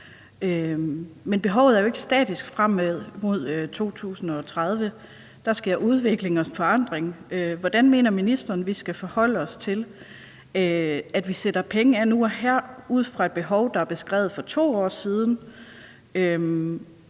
Men behovet er jo ikke statisk frem imod 2030; der sker udvikling og forandring. Hvordan mener ministeren vi skal forholde os til, at vi sætter penge af nu og her ud fra et behov, der er beskrevet for 2 år siden,